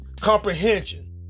Comprehension